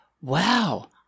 wow